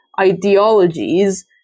ideologies